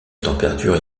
température